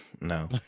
No